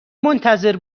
منتظر